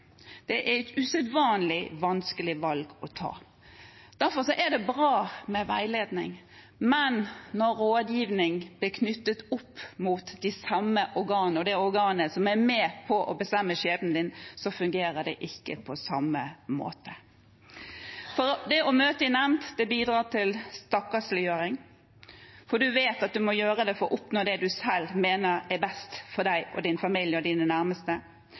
Det er et usedvanlig vanskelig valg å ta. Derfor er det bra med veiledning, men når rådgivning blir knyttet opp mot det samme organet som er med på å bestemme din skjebne, fungerer det ikke på samme måte. Å møte i nemnd bidrar til stakkarsliggjøring, for du vet at du må gjøre det for å oppnå det du selv mener er best for deg, din familie og dine nærmeste.